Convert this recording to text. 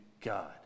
God